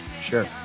Sure